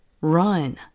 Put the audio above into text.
Run